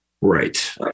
Right